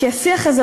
כי השיח הזה,